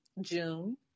June